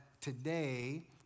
today